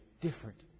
different